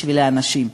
בשביל האנשים.